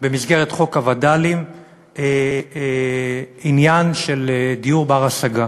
במסגרת חוק הווד"לים עניין של דיור בר-השגה.